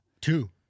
Two